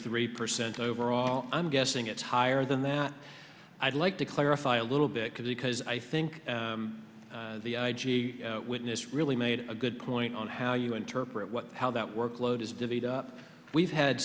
three percent overall i'm guessing it's higher than that i'd like to clarify a little bit because i think the i g witness really made a good point on how you interpret what how that work load is divvied up we've had